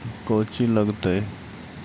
कौची लगतय?